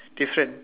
different